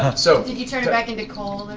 ah so you turn it back into coal?